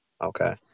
Okay